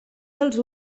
dels